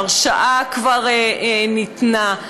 ההרשעה כבר ניתנה,